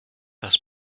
das